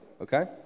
okay